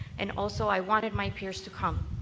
and also i wanted my peers to come.